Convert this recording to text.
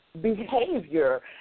behavior